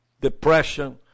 depression